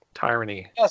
Tyranny